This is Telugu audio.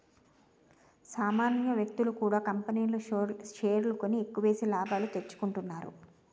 సామాన్య వ్యక్తులు కూడా కంపెనీల్లో షేర్లు కొని ఎక్కువేసి లాభాలు తెచ్చుకుంటున్నారు